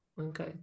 Okay